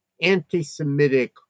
anti-Semitic